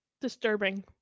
disturbing